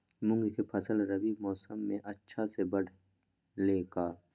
मूंग के फसल रबी मौसम में अच्छा से बढ़ ले का?